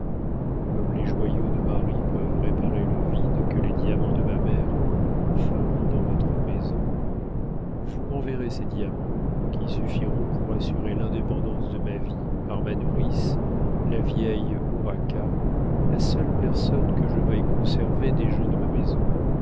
comme les joyaux de marie peuvent réparer le vide que les diamants de ma mère feront dans votre maison vous m'enverrez ces diamants qui suffiront pour assurer l'indépendance de ma vie par ma nourrice la vieille urraca la seule personne que je veuille conserver des gens de ma maison